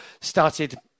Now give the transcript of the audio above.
started